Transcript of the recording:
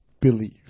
Believe